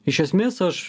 iš esmės aš